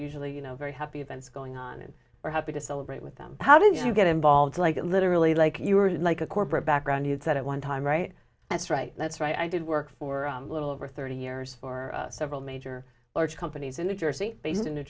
usually you know very happy events going on and we're happy to celebrate with them how do you get involved like literally like you were like a corporate background you said at one time right that's right that's right i did work for a little over thirty years for several major large companies in new jersey